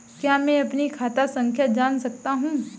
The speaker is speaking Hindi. क्या मैं अपनी खाता संख्या जान सकता हूँ?